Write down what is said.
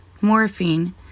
morphine